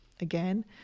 again